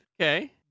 Okay